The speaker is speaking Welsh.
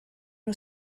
nhw